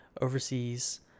overseas